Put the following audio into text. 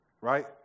right